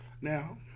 Now